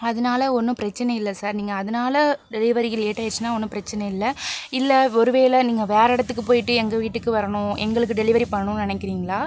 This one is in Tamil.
அதனால ஒன்றும் பிரச்சின இல்லை சார் நீங்கள் அதனால டெலிவரிக்கு லேட்டாயிருச்சின்னா ஒன்றும் பிரச்சின இல்லை இல்லை ஒருவேளை நீங்கள் வேறு இடத்துக்குப் போயிட்டு எங்கள் வீட்டுக்கு வரணும் எங்களுக்கு டெலிவரி பண்ணனுன்னு நினைக்கிறீங்களா